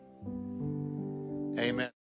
Amen